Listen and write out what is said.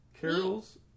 carols